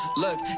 Look